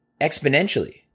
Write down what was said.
exponentially